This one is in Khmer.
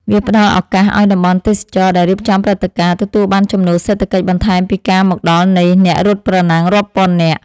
វាផ្ដល់ឱកាសឱ្យតំបន់ទេសចរណ៍ដែលរៀបចំព្រឹត្តិការណ៍ ទទួលបានចំណូលសេដ្ឋកិច្ចបន្ថែមពីការមកដល់នៃអ្នករត់ប្រណាំងរាប់ពាន់នាក់។